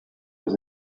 was